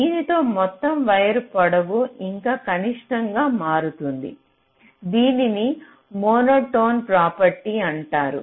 దీనితో మొత్తం వైర్ పొడవు ఇంకా కనిష్టంగా మారుతుంది దీనిని మోనోటోన్ ప్రాపర్టీ అంటారు